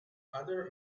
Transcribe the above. other